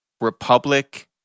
Republic